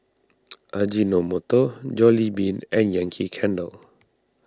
Ajinomoto Jollibean and Yankee Candle